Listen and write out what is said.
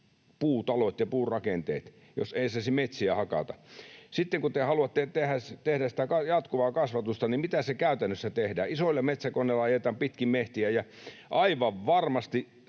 puutalot ja puurakenteet, jos ei saisi metsiä hakata? Ja kun te haluatte tehdä sitä jatkuvaa kasvatusta, niin miten se käytännössä tehdään? Isoilla metsäkoneilla ajetaan pitkin metsiä ja aivan varmasti